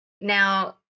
Now